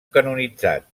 canonitzat